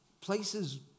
places